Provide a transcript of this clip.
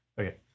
Okay